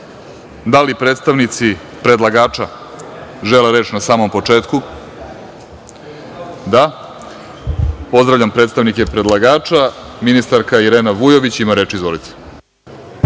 li predstavnici predlagača žele reč na samom početku?(Da) Pozdravljam predstavnike predlagača. Ministarka Irena Vujović ima reč. Izvolite.